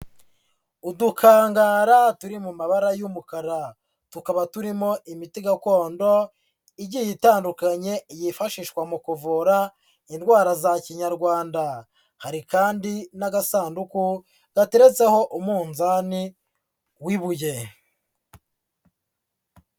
Udukangara turi mu mabara y'umukara, tukaba turimo imiti gakondo igiye itandukanye yifashishwa mu kuvura indwara za kinyarwanda, hari kandi n'agasanduku gateretseho umunzani w'ibuye.